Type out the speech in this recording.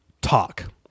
talk